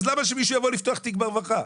אז למה שמישהו יבוא לפתוח תיק ברווחה?